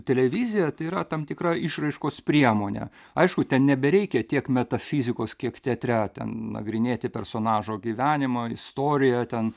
televizija tai yra tam tikra išraiškos priemonė aišku ten nebereikia tiek metafizikos kiek teatre ten nagrinėti personažo gyvenimą istoriją ten